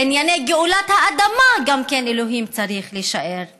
גם בענייני גאולת האדמה אלוהים צריך להישאר רחוק.